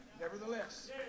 Nevertheless